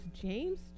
James